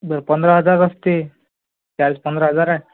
बरं पंधरा हजार असते कॅश पंधरा हजार आहे